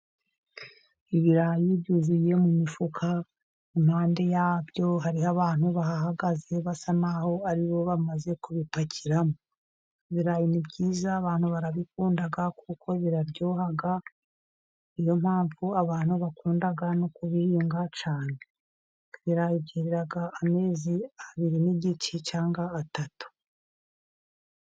Ibirayi byuzuye mu mifuka impande yabyo hariho abantu bahagaze basa naho ari bo bamaze kubipakiramo. Ibirayi ni byiza abantu barabikunda kuko biraryoha, niyo mpamvu abantu bakunda no kubihinga cyane, ibirayi byerera amezi abiri n'igice cyangwa atatu.